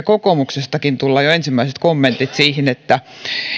kokoomuksestakin jo tulla ensimmäiset kommentit siitä